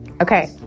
Okay